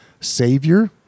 Savior